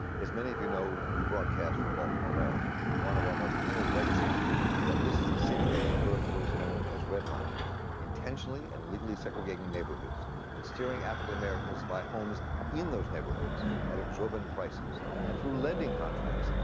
as many of you know, we broadcast from baltimore, maryland. one of our most heinous legacies is that this is a city that gave birth to what is known as redlining intentionally and legally segregating neighborhoods and steering african americans to buy homes in those neighborhoods at exorbitant prices and through lending contracts,